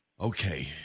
Okay